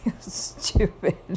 stupid